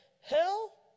hell